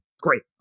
great